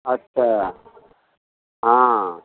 अच्छा हँ